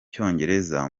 cyongereza